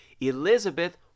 Elizabeth